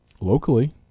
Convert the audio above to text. Locally